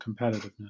competitiveness